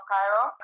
Cairo